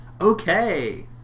Okay